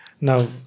now